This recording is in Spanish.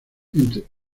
entre